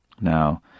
Now